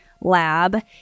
Lab